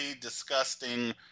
disgusting